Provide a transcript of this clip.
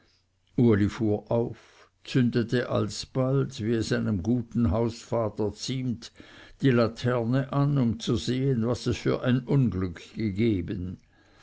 auf zündete alsbald wie es einem guten hausvater ziemt die laterne an um zu sehen was es für ein unglück gegeben